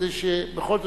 כדי שבכל זאת,